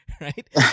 Right